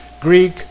Greek